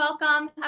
welcome